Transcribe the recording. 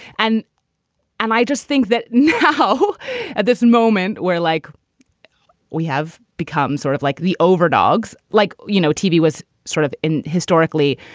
and and i just think that now at this moment where like we have become sort of like the over dogs, like, you know, tv was sort of historically